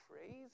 crazy